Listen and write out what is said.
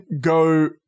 go